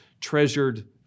treasured